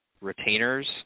retainers